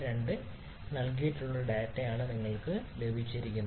42 നൽകിയിട്ടുള്ള ഡാറ്റയാണ് ഇവിടെ നൽകിയിരിക്കുന്നത്